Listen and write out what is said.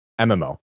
mmo